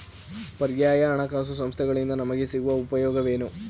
ಪರ್ಯಾಯ ಹಣಕಾಸು ಸಂಸ್ಥೆಗಳಿಂದ ನಮಗೆ ಸಿಗುವ ಉಪಯೋಗವೇನು?